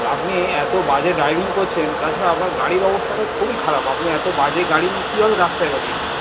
আপনি এতো বাজে ড্রাইভিং করছেন তাছাড়া আপনার গাড়ির ব্যবস্থাটাও খুবই খারাপ আপনি এত বাজে গাড়ি নিয়ে কিভাবে রাস্তায় বেড়িয়েছেন